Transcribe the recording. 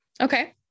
Okay